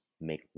make